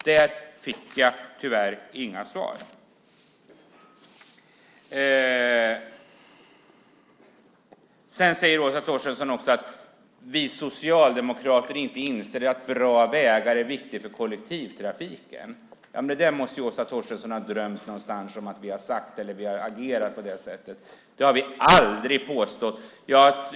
Det fick jag tyvärr inte heller svar på. Åsa Torstensson säger att Socialdemokraterna inte inser att bra vägar är viktiga för kollektivtrafiken. Det måste Åsa Torstensson ha drömt att vi har sagt. Det har vi aldrig påstått.